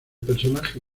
personaje